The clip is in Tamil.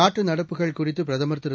நாட்டுநடப்புகள் குறித்துபிரதமர் திரு